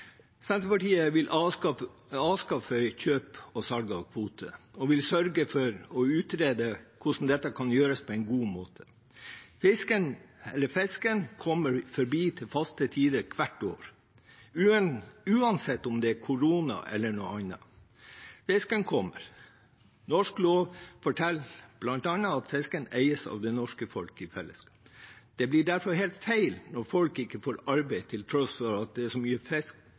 Senterpartiet vil avskaffe kjøp og salg av kvoter, og vi vil sørge for å utrede hvordan dette kan gjøres på en god måte. Fisken kommer forbi til faste tider hvert år, uansett om det er korona eller noe annet. Fisken kommer. Norsk lov forteller bl.a. at fisken eies av det norske folk i fellesskap. Det blir derfor helt feil når folk ikke får arbeid til tross for at det er så mye fisk